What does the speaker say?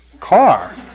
car